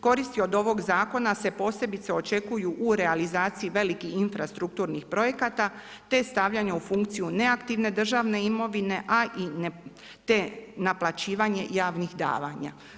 Koristi od ovog zakona se posebice očekuju u realizaciji velikih infrastrukturnih projekata te stavljanja u funkciju neaktivne državne imovine te naplaćivanje javnih davanja.